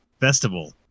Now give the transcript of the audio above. festival